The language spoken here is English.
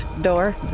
door